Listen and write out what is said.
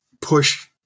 push